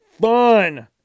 Fun